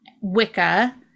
Wicca